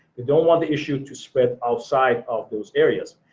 they don't want the issue to spread outside of those areas.